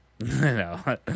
No